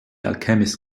alchemist